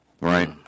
right